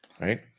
Right